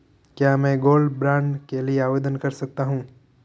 क्या मैं gold bond के लिए आवेदन कर सकता हूं?